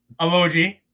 Emoji